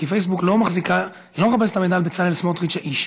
כי פייסבוק לא מחפשת את המידע על בצלאל סמוטריץ האיש.